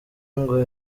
ngo